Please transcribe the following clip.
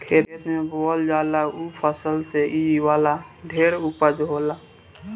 खेत में बोअल जाला ऊ फसल से इ वाला ढेर उपजाउ होला